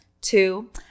two